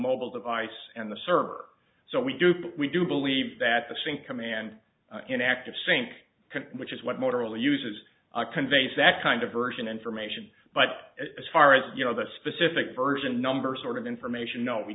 mobile device and the server so we do put we do believe that the sync command in active sync which is what motorola uses conveys that kind of version information but as far as you know the specific version number sort of information no we